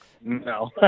No